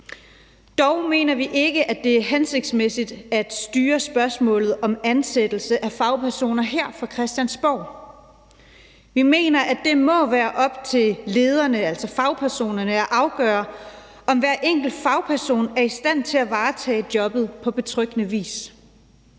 Dog mener vi ikke, at det er hensigtsmæssigt at styre spørgsmålet om ansættelse af fagpersoner her fra Christiansborg. Vi mener, at det må være op til lederne, altså fagpersonerne, at afgøre, om hver enkelt fagperson er i stand til at varetage jobbet på betryggende vis.